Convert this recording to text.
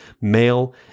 male